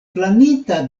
planita